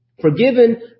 Forgiven